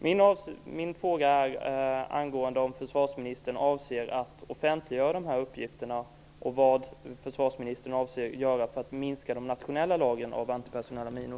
Min fråga är om försvarsministern avser att offentliggöra dessa uppgifter och vad försvarsministern avser att göra för att minska de nationella lagren av antipersonella minor.